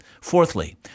Fourthly